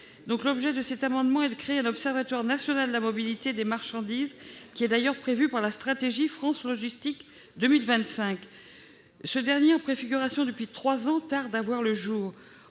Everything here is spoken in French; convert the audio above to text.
logistique. Cet amendement a pour objet de créer un observatoire national de la mobilité des marchandises ; c'est d'ailleurs prévu par la stratégie France Logistique 2025. Cet organisme, en préfiguration depuis trois ans, tarde à voir le jour.